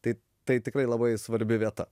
tai tai tikrai labai svarbi vieta